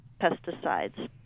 pesticides